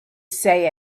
say